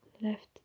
left